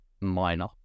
minor